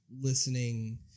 listening